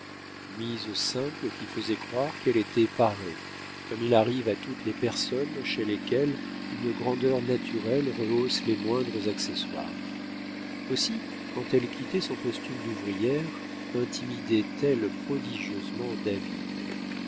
mise simple qui faisait croire qu'elle était parée comme il arrive à toutes les personnes chez lesquelles une grandeur naturelle rehausse les moindres accessoires aussi quand elle quittait son costume d'ouvrière intimidait elle prodigieusement david